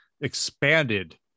expanded